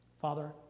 Father